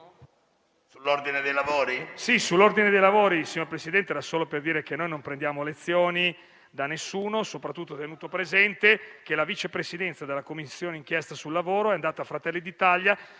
sull'ordine dei lavori